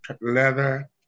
leather